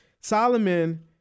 Solomon